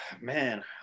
man